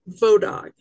Vodog